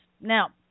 Now